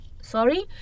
Sorry